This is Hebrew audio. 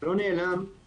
הוא לא נעלם, לא כלום.